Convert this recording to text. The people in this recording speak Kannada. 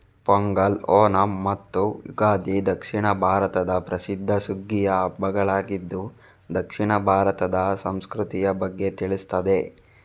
ಪೊಂಗಲ್, ಓಣಂ ಮತ್ತು ಯುಗಾದಿ ದಕ್ಷಿಣ ಭಾರತದ ಪ್ರಸಿದ್ಧ ಸುಗ್ಗಿಯ ಹಬ್ಬಗಳಾಗಿದ್ದು ದಕ್ಷಿಣ ಭಾರತದ ಸಂಸ್ಕೃತಿಯ ಬಗ್ಗೆ ತಿಳಿಸ್ತದೆ